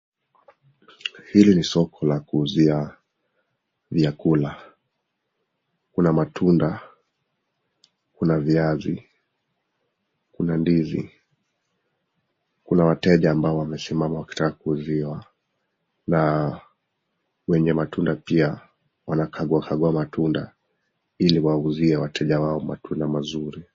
Hili ni soko la kuuzia vyakula. Kuna matunda, kuna viazi, kuna ndizi, kuna wateja ambao wamesimama wakitaka kuuziwa na wenye matunda pia wanakaguakagua matunda ili wauzie wateja wao matunda mazuri.